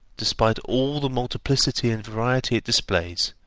despite all the multiplicity and variety it displays,